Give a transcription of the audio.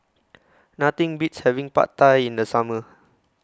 Nothing Beats having Pad Thai in The Summer